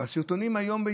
ובסרטונים היום,